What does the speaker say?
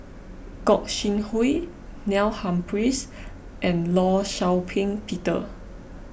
Gog Sing Hooi Neil Humphreys and Law Shau Ping Peter